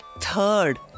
third